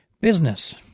business